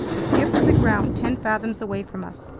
the skiff was aground ten fathoms away from us.